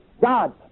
God